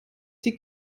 die